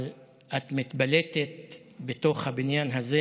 אבל את מתבלטת בתוך הבניין הזה